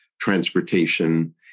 transportation